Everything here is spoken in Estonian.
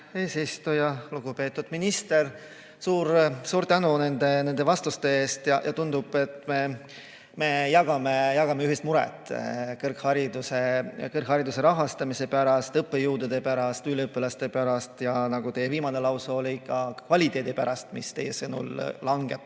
eesistuja! Lugupeetud minister, suur tänu nende vastuste eest! Tundub, et me jagame ühist muret kõrghariduse rahastamise pärast, õppejõudude pärast, üliõpilaste pärast, ja nagu teie viimane lause oli, ka kvaliteedi pärast, mis teie sõnul praegu